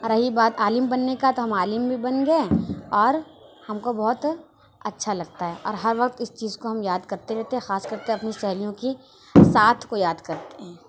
رہی بات عالِم بننے کا تو ہم عالِم بھی بن گئے اور ہم کو بہت اچھا لگتا ہے اور ہر وقت اِس چیز کو ہم یاد کرتے رہتے ہیں خاص کر کے اپنی سہیلیوں کی ساتھ کو یاد کرتے ہیں